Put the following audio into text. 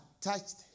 touched